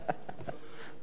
מכובדי השר,